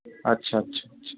আচ্ছা আচ্ছা